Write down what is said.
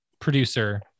producer